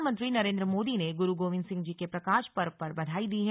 प्रधानमंत्री नरेंद्र मोदी ने गुरु गोविंद सिंह जी के प्रकाश पर्व पर बधाई दी है